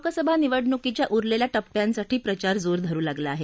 लोकसभा निवडणुकीच्या उरलेल्या टप्प्यांसाठी प्रचार जोर धरू लागला आहे